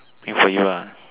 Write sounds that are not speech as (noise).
make for you ah (noise)